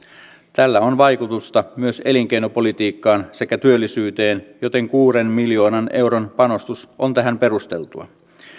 tällä on vaikutusta myös elinkeinopolitiikkaan sekä työllisyyteen joten kuuden miljoonan euron panostus on tähän perusteltua